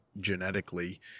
genetically